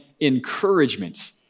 encouragement